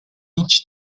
each